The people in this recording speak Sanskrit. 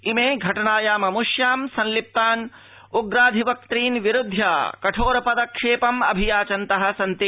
इमे घटनायाममूष्यां संलिप्तान् उग्राधिक्तृन् विरुध्य कठोर पदक्षेपम् अभि याचितवन्त सन्ति